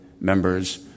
members